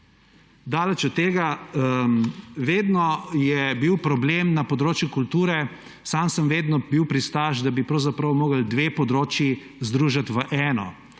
Daleč od tega. Vedno je bil problem na področju kulture. Sam sem vedno bil pristaš, da bi morali dve področji združiti v eno